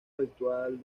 habitual